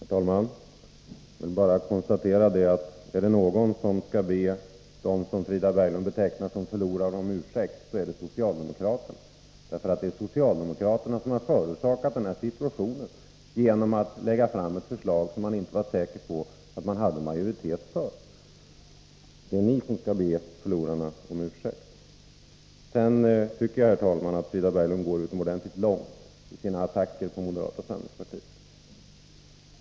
Herr talman! Jag vill bara konstatera att är det någon som skall be dem som Frida Berglund betecknar som förlorarna om ursäkt är det socialdemokraterna. Det är socialdemokraterna som förorsakat detta genom att lägga fram ett förslag som de inte var säkra på att de hade majoritet för. Det är ni som skall be förlorarna om ursäkt. Sedan tycker jag, herr talman, att Frida Berglund går utomordentligt långt i sina attacker på moderaterna.